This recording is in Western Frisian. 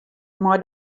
mei